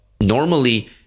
normally